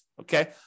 Okay